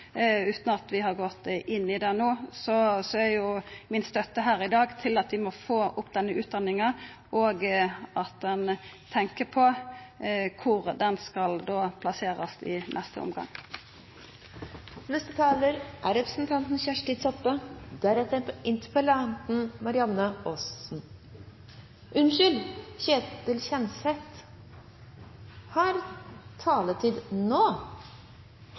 utan at vi har gått inn i det no. Støtta mi her i dag gjeld at vi må få opp denne utdanninga, og at ein tenkjer på kor den skal plasserast i neste omgang. Neste taler er representanten Kjersti Toppe, deretter interpellanten, Marianne Aasen. – Unnskyld! Representanten Ketil Kjenseth har ordet nå.